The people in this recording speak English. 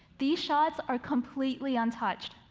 these shots are completely untouched.